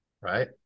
right